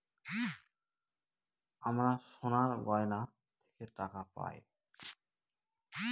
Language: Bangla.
আমরা সোনার গহনা থেকে টাকা পায়